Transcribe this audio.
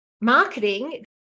marketing